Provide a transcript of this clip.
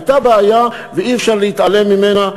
הייתה בעיה ואי-אפשר להתעלם ממנה.